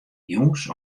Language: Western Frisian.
jûns